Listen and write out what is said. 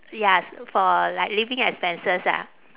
yes for like living expenses ah